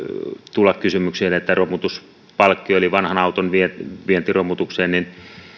tulla kysymykseen romutuspalkkio eli vanhan auton viennistä romutukseen